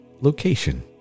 location